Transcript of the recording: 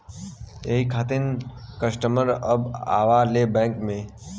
यही खातिन कस्टमर सब आवा ले बैंक मे?